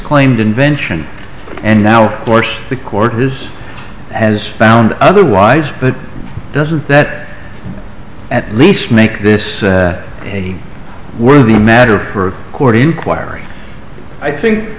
claimed invention and now force the court his has found otherwise but doesn't that at least make this a worthy matter for a court inquiry i think